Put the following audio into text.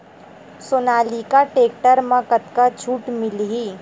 Sonalika tractor म कतका छूट मिलही?